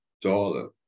dollar